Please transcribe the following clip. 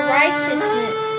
righteousness